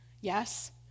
Yes